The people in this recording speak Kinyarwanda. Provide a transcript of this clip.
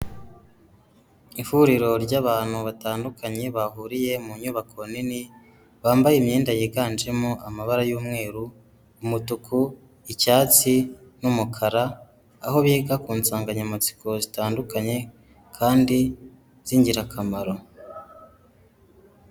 Ihuriro ry'abantu batandukanye bahuriye mu nyubako nini bambaye imyenda yiganjemo amabara yu'mweru, umutuku, icyatsi n'umukara aho biga ku nsanganyamatsiko zitandukanye kandi zingirakamaro.